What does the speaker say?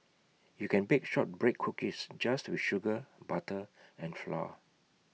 you can bake Shortbread Cookies just with sugar butter and flour